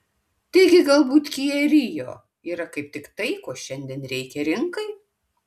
taigi galbūt kia rio yra kaip tik tai ko šiandien reikia rinkai